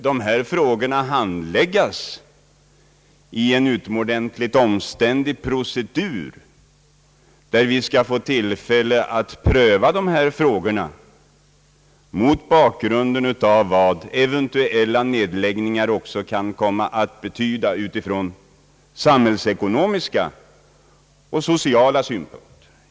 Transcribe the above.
Dessa frågor skall ju handläggas genom en utomordentligt omständlig procedur som gör det möjligt för oss att pröva frågorna mot bakgrunden av vad eventuella nedläggningar kan komma att betyda också ur samhällsekonomiska och sociala synpunkter.